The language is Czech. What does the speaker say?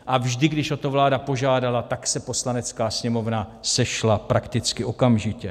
A vždy, když o to vláda požádala, tak se Poslanecká sněmovna sešla prakticky okamžitě.